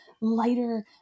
lighter